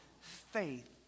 faith